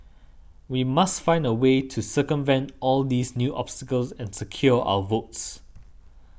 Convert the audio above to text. we must find a way to circumvent all these new obstacles and secure our votes